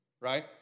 Right